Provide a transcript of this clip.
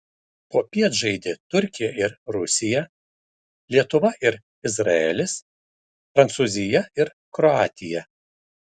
popiet žaidė turkija ir rusija lietuva ir izraelis prancūzija ir kroatija